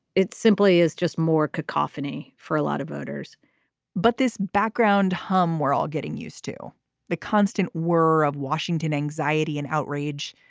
it simply is just more cacophony for a lot of voters but this background hum we're all getting used to the constant were of washington anxiety and outrage.